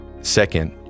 second